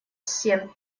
семь